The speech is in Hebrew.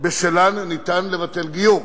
שבשלהן ניתן לבטל גיור.